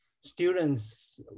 students